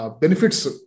benefits